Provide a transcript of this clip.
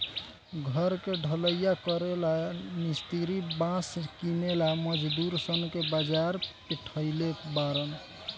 घर के ढलइया करेला ला मिस्त्री बास किनेला मजदूर सन के बाजार पेठइले बारन